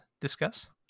discuss